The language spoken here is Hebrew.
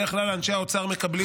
בדרך כלל אנשי האוצר מקבלים מאיתנו,